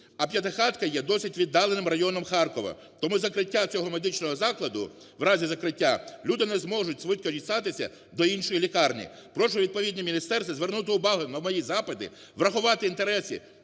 а П'ятихатки є досить віддаленим районом Харкова. Тому закриття цього медичного закладу, в разі закриття, люди не зможуть швидко дістатися до іншої лікарні. Прошу відповідні міністерства звернути увагу на мої запити, врахувати інтереси